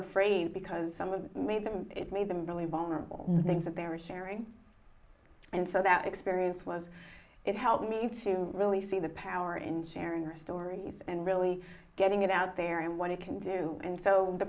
afraid because some of them me them really vulnerable things that they were sharing and so that experience was it helped me to really see the power in sharing her stories and really getting it out there and what it can do and so the